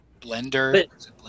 Blender